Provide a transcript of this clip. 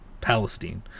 Palestine